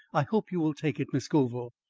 i hope you will take it, miss scoville.